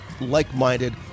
like-minded